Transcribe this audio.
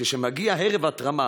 וכשמגיע ערב התרמה